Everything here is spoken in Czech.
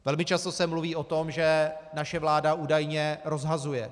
Velmi často se mluví o tom, že naše vláda údajně rozhazuje.